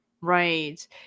Right